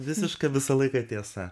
visiška visą laiką tiesa